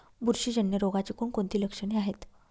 बुरशीजन्य रोगाची कोणकोणती लक्षणे आहेत?